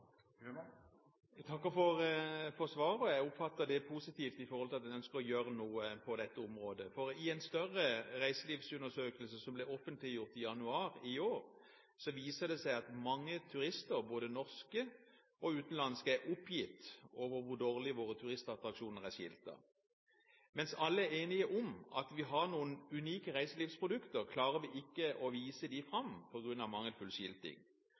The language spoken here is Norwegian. takker for svaret. Jeg oppfatter det positivt, med tanke på at en ønsker å gjøre noe på dette området. I en større reiselivsundersøkelse som ble offentliggjort i januar i år, viser det seg at mange turister, både norske og utenlandske, er oppgitt over hvor dårlig våre turistattraksjoner er skiltet. Mens alle er enige om at vi har noen unike reiselivsprodukter, klarer vi ikke å vise dem fram,